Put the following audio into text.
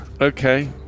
okay